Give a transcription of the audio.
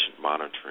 monitoring